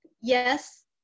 Yes